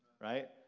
right